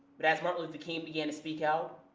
but as martin luther king began to speak out,